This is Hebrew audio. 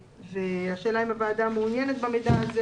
והשאלה אם הוועדה מעוניינת במידע הזה